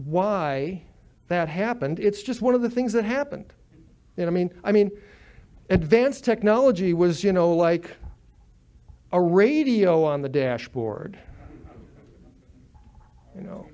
why that happened it's just one of the things that happened that i mean i mean advanced technology was you know like a radio on the dashboard you know